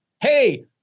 Hey